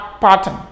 pattern